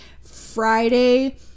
Friday